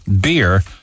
beer